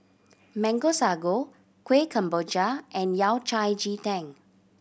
Mango Sago Kuih Kemboja and Yao Cai ji tang